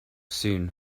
soon